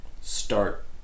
start